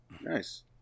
Nice